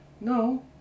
No